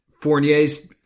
Fournier's